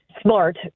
smart